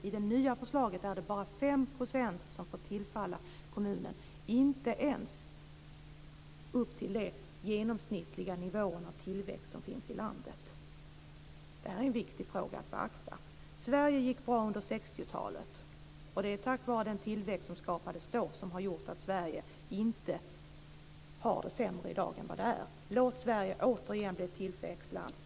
I det nya förslaget är det bara 5 % som får tillfalla kommunen, inte ens upp till den genomsnittliga nivån på tillväxt som finns i landet. Det här är en viktig fråga att beakta. Det gick bra för Sverige under 60-talet, och det är den tillväxt som skapades då som har gjort att det i Sverige inte är sämre i dag än vad det är. Låt Sverige återigen bli ett tillväxtland!